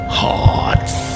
hearts